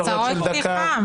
הצהרות פתיחה.